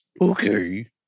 Okay